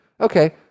okay